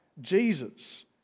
Jesus